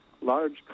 large